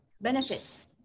benefits